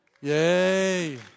Yay